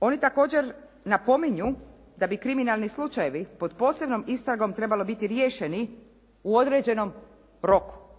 Oni također napominju da bi kriminalni slučajevi pod posebnom istragom trebali biti riješeni u određenom roku.